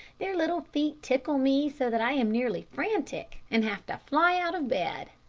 their little feet tickle me so that i am nearly frantic and have to fly out of bed.